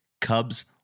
Cubs